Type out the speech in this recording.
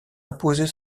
imposer